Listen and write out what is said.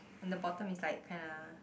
and the bottom is like kinda